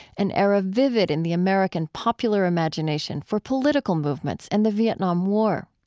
an era vivid in the american popular imagination for political movements and the vietnam war.